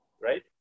right